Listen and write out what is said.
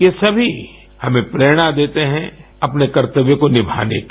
ये सभी हमें प्रेरणा देते हैं अपने कर्तव्यों को निभाने की